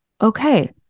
okay